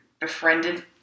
befriended